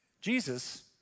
Jesus